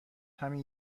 همین